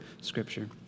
Scripture